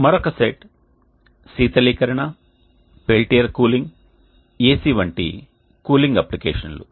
మరొక సెట్ శీతలీకరణ Peltier cooling AC వంటి కూలింగ్ అప్లికేషన్లు